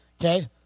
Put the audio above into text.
okay